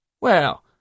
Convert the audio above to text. Well